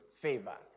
favor